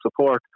support